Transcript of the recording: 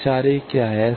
S41 क्या है